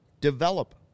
develop